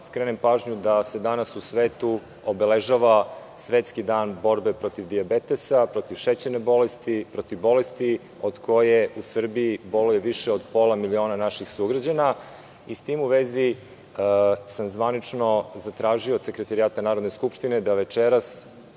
skrenem pažnju na to da se danas u svetu obeležava Svetski dan protiv dijabetesa, protiv šećerne bolesti, protiv bolesti od koje u Srbiji boluje više od pola miliona naših sugrađana i sa tim u vezi sam zvanično tražio od Sekretarijata Narodne skupštine da večeras